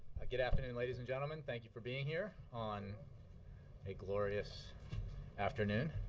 good afternoon, ladies and gentlemen. thank you for being here on a glorious afternoon.